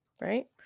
right